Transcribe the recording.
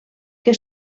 que